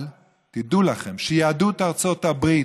אבל תדעו לכם שיהדות ארצות הברית,